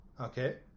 okay